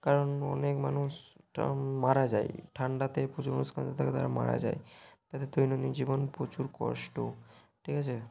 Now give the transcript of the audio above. কারণ অনেক মানুষরা মারা যায় ঠান্ডাতে প্রচুর মানুষ থাকে তারা মারা যায় তাদের দৈনন্দিন জীবন প্রচুর কষ্ট ঠিক আছে